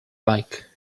like